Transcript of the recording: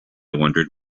wondered